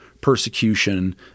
persecution